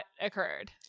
occurred